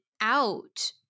out